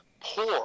poor